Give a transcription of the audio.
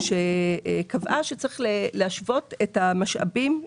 שקבעה שצריך להשוות את המשאבים,